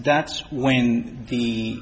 that's when the